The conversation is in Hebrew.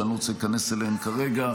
שאני לא רוצה להיכנס אליהן כרגע.